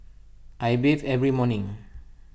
I bathe every morning